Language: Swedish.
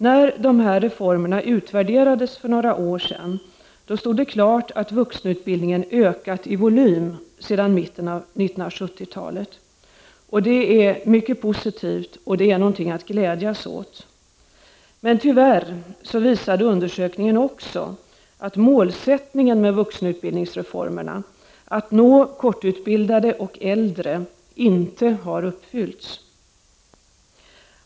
När dessa reformer utvärderades för några år sedan stod det klart att vuxenutbildningen ökat i volym sedan mitten av 1970-talet. Det är mycket positivt och något att glädjas åt. Men tyvärr visade undersökningen också att målsättningen med vuxenutbildningsreformerna — att nå kortutbildade och äldre — inte har uppfyllts.